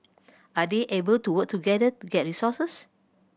are they able to work together to get resources